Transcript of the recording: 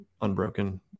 unbroken